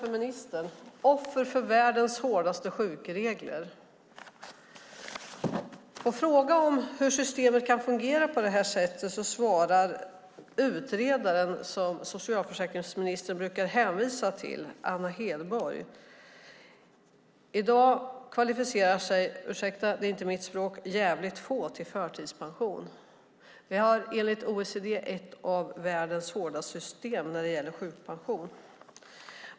Den lyder "Offer för världens hårdaste sjukregler". På en fråga om hur systemet kan fungera på detta sätt svarar den utredare som socialförsäkringsministern brukar hänvisa till, Anna Hedborg: I dag kvalificerar sig djävligt få - ursäkta uttrycket, men det är inte mitt språk - till förtidspension. Vi har enligt OECD ett av världens hårdaste system när det gäller sjukpension.